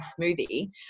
smoothie